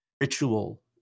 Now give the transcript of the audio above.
ritual